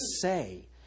say